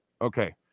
Okay